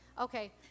Okay